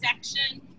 section